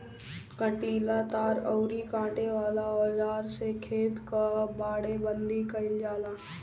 कंटीला तार अउरी काटे वाला औज़ार से खेत कअ बाड़ेबंदी कइल जाला